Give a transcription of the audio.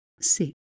Six